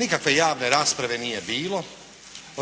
Nikakve javne rasprave nije bilo,